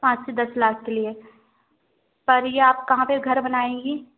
पाँच से दस लाख के लिए पर आप कहाँ पर ये घर बनायेंगी